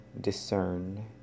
discern